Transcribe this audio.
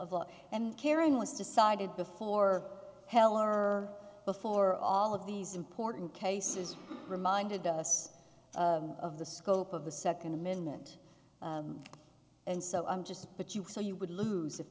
of law and caring was decided before heller before all of these important cases reminded us of the scope of the second amendment and so i'm just but you so you would lose if